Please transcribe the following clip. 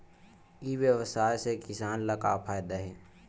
ई व्यवसाय से किसान ला का फ़ायदा हे?